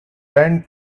bend